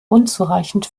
unzureichend